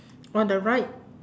on the right